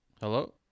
Hello